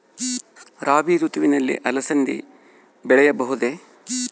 ರಾಭಿ ಋತುವಿನಲ್ಲಿ ಅಲಸಂದಿ ಬೆಳೆಯಬಹುದೆ?